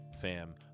Fam